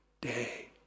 day